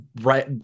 right